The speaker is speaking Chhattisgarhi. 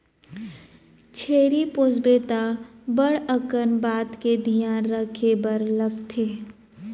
छेरी पोसबे त बड़ अकन बात के धियान रखे बर लागथे